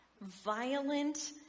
violent